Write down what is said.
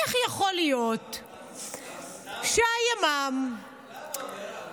איך יכול להיות שהימ"מ, למה, מירב?